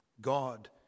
God